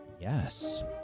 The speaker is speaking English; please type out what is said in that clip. Yes